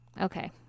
Okay